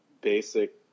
basic